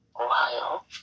Ohio